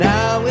Now